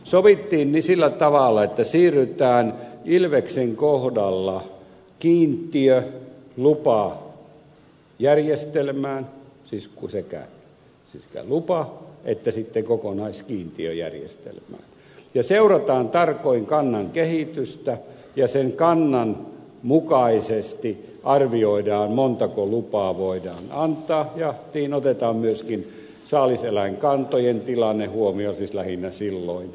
sovittiin sillä tavalla että siirrytään ilveksen kohdalla kiintiölupajärjestelmään siis sekä lupa että kokonaiskiintiöjärjestelmään ja seurataan tarkoin kannan kehitystä ja sen kannan mukaisesti arvioidaan montako lupaa voidaan antaa ja siinä otetaan myöskin saaliseläinkantojen tilanne huomioon siis silloin lähinnä jäniskantojen tilanne